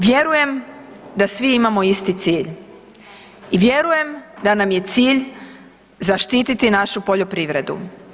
Vjerujem da svi imamo isti cilj i vjerujem da nam je cilj zaštititi našu poljoprivredu.